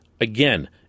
again